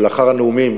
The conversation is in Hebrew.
שלאחר הנאומים